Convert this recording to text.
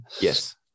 Yes